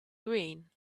green